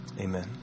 amen